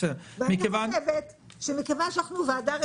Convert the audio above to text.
ואני חושבת שמכיוון שאנחנו ועדה רצינית,